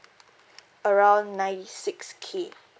around ninety six K